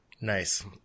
Nice